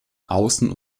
außen